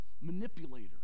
manipulator